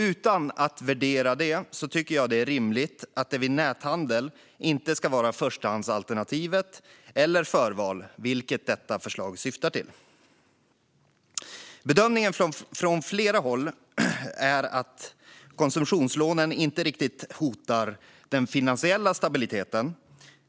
Utan att värdera detta tycker jag att det är rimligt att det vid näthandel inte ska vara förstahandsalternativet eller förval, vilket detta förslag syftar till att åtgärda. Bedömningen från flera håll är att konsumtionslånen inte hotar den finansiella stabiliteten.